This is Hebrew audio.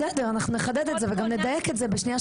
בסדר אנחנו נחדד את זה וגם נדייק את זה בשנייה,